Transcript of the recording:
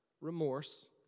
remorse